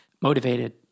motivated